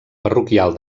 parroquial